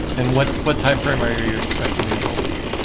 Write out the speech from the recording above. and what what time frame are you expecting results?